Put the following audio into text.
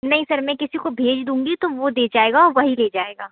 नहीं सर मैं किसी को भेज दूँगी तो वह दे जाएगा वही ले जाएगा